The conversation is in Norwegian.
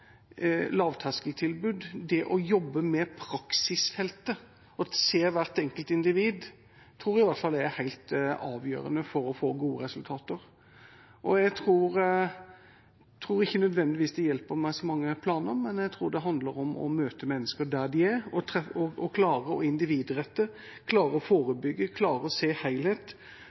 jobbe med praksisfeltet og å se hvert enkelt individ tror i hvert fall jeg er helt avgjørende for å få gode resultater. Jeg tror ikke nødvendigvis det hjelper med så mange planer, men jeg tror det handler om å møte mennesker der de er, å klare å individrette, klare å forebygge, klare å se helhet,